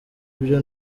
byo